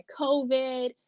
COVID